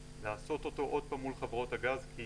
לעשות אותו עוד פעם מול חברות הגז כי